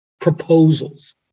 proposals